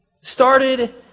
started